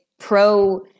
pro